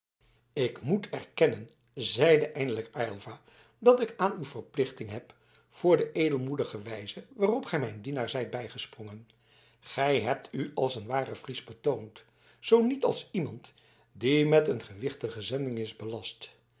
ik moet erkennen zeide eindelijk aylva dat ik aan u verplichting heb voor de edelmoedige wijze waarop gij mijn dienaar zijt bijgesprongen gij hebt u als een waren fries betoond zoo niet als iemand die met een gewichtige zending is belast